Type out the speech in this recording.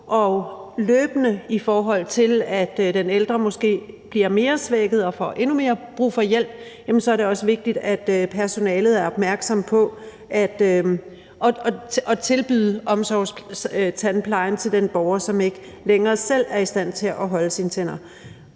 og løbende, i forhold til at den ældre måske bliver mere svækket og for endnu mere brug for hjælp, er det også vigtigt, at personalet er opmærksom på at tilbyde omsorgstandplejen til den borger, som ikke længere selv er i stand til at holde sine tænder.